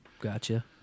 Gotcha